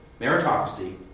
meritocracy